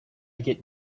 get